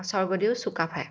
স্বৰ্গদেউ চুকাফাই